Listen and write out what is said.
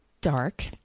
dark